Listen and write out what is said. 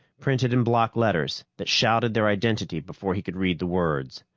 printed in block letters that shouted their identity before he could read the words.